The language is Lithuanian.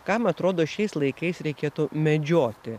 kam atrodo šiais laikais reikėtų medžioti